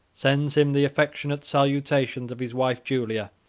sends him the affectionate salutations of his wife julia,